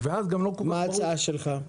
מה ההצעה שלך?